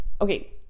okay